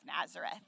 Nazareth